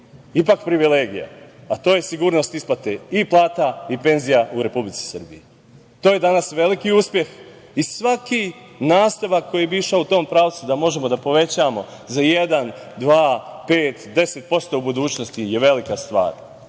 ipak privilegija, a to je sigurnost isplate i plata i penzija u Republici Srbiji. To je danas veliki uspeh i svaki nastavak koji bi išao u tom pravcu, da možemo da povećamo za 1%, 2%, 5%, 10% u budućnosti je velika stvar,